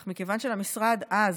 אך מכיוון שלמשרד אז,